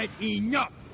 enough